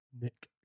Nick